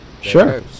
Sure